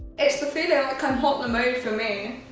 it's the feeling like i'm haute le mode for me